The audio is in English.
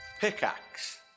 Pickaxe